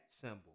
symbol